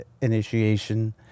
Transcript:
initiation